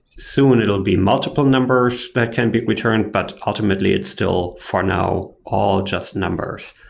soon it will be multiple numbers that can be returned, but ultimately it's still for now all just numbers.